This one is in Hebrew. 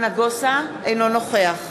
אינו נוכח